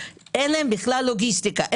אין בכלל לוגיסטיקה,